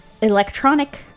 electronic